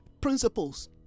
principles